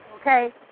Okay